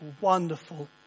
wonderful